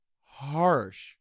harsh